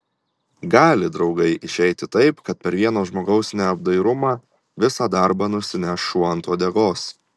gali draugai išeiti taip kad per vieno žmogaus neapdairumą visą darbą nusineš šuo ant uodegos